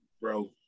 bro